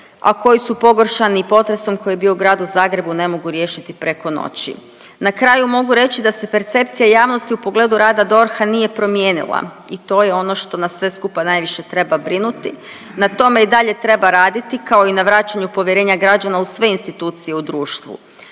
a koji su pogoršani i potresom koji je bio u gradu Zagrebu ne mogu riješiti preko noći. Na kraju mogu reći da se percepcija javnosti u pogledu rada DORH-a nije promijenila i to je ono što nas sve skupa najviše treba brinuti. Na tome i dalje treba raditi kao i na vraćanju povjerenja građana u sve institucije u društvu.